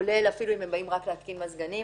אפילו אם הם באים רק להתקין מזגנים.